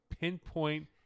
pinpoint